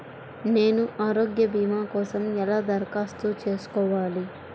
నేను ఆరోగ్య భీమా కోసం ఎలా దరఖాస్తు చేసుకోవాలి?